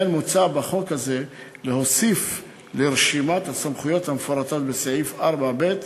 מוצע בחוק הזה להוסיף לרשימת הסמכויות המפורטות בסעיף 4(ב)